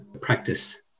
practice